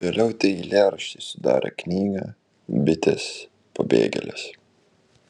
vėliau tie eilėraščiai sudarė knygą bitės pabėgėlės